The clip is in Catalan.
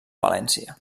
valència